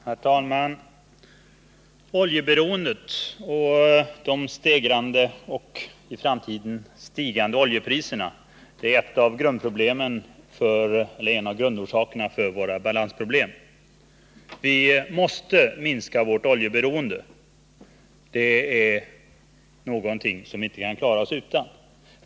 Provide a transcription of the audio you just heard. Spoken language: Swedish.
Herr talman! Oljeberoendet och de stegrade och i framtiden stigande oljepriserna är tillsammans en av grundorsakerna till våra balansproblem. Vi måste minska vårt oljeberoende, samtidigt som vi inte kan klara oss utan oljan.